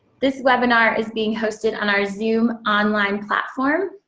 this webinar is being hosted on our zoom online platform.